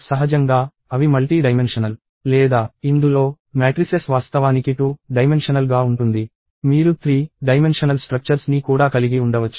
సహజంగా అవి multi dimensional లేదా ఇందులో మ్యాట్రిసెస్ వాస్తవానికి 2 డైమెన్షనల్ గా ఉంటుంది మీరు 3 డైమెన్షనల్ స్ట్రక్చర్స్ ని కూడా కలిగి ఉండవచ్చు